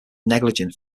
negligent